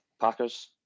Packers